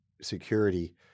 security